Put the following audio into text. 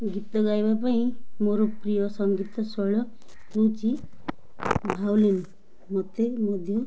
ଗୀତ ଗାଇବା ପାଇଁ ମୋର ପ୍ରିୟ ସଙ୍ଗୀତଶୈଳୀ ହେଉଛି ଭାଉଲିନ୍ ମୋତେ ମଧ୍ୟ